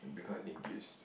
become a linguist